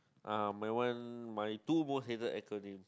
uh my one my two most hated acronyms